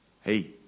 hey